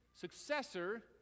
successor